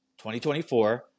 2024